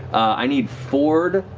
i need fjord,